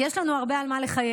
כי יש לנו הרבה על מה לחייך.